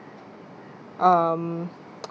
um